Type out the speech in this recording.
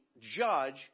judge